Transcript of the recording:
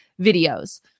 videos